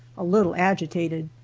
a little agitated.